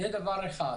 זה דבר אחד.